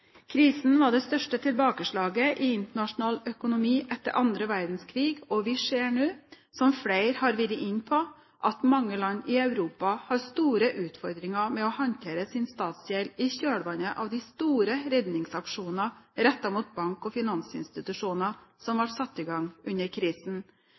Krisen var det største tilbakeslaget i internasjonal økonomi etter annen verdenskrig, og vi ser nå, som flere har vært inne på, at mange land i Europa har store utfordringer med å håndtere sin statsgjeld i kjølvannet av de store redningsaksjonene rettet mot bank og finansinstitusjoner som